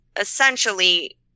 essentially